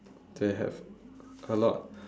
do they have a lot